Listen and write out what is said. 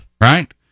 right